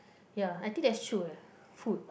ya I think that's true uh food